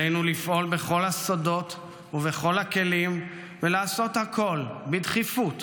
עלינו לפעול בכל השדות ובכל הכלים ולעשות הכול בדחיפות